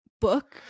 book